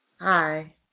Hi